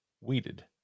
weeded